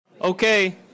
Okay